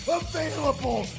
available